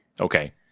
Okay